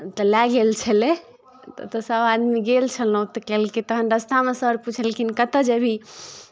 तऽ लए गेल छलै तऽ ओतय सभआदमी गेल छलहुँ तऽ कहलकै तखन रास्तामे सर पुछलखिन कतय जेबही